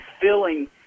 filling